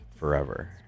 Forever